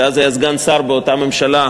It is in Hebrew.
שאז היה סגן שר באותה ממשלה,